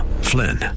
Flynn